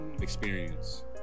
experience